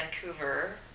Vancouver